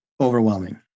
overwhelming